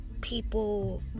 people